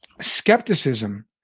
skepticism